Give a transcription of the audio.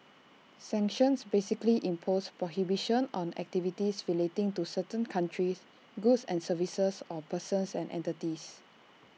sanctions basically impose prohibitions on activities relating to certain countries goods and services or persons and entities